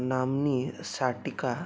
नाम्नी शाटिका